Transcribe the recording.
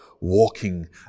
walking